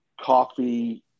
coffee